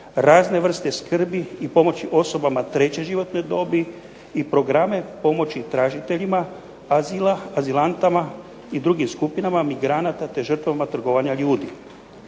razne vrste skrbi i pomoći osobama treće životne dobi i programe pomoći tražiteljima azila, azilantima i drugim skupinama emigranata, te žrtvama trgovanja ljudi.